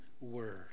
word